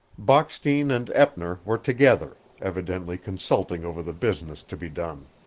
bockstein and eppner were together, evidently consulting over the business to be done.